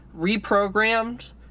reprogrammed